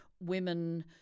women